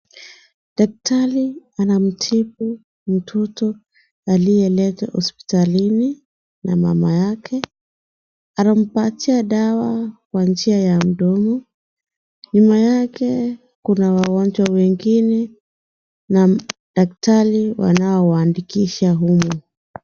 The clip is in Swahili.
Daktari anamtibu mtoto aliyeletwa hospitalini na mama yake, anampatia dawa kwa njia ya mdomo. Nyuma yake kuna wagonjwa wengine na daktari wanao waandikisha.